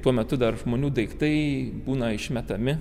tuo metu dar žmonių daiktai būna išmetami